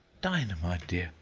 dinah my dear!